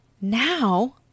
now